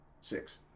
Six